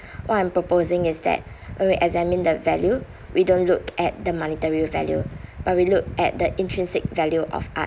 what I'm proposing is that when we examine the value we don't look at the monetary value but we look at the intrinsic value of art